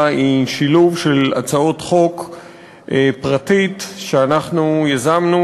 היא שילוב של הצעת חוק פרטית שאנחנו יזמנו,